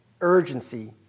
Urgency